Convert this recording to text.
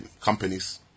companies